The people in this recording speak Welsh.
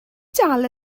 dal